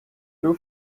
two